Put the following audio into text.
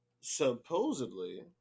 supposedly